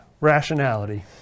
rationality